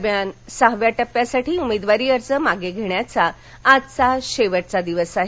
दरम्यान सहाव्या टप्प्यासाठी उमेदवारी अर्ज मागे घेण्याचा आजचा शेवटचा दिवस आहे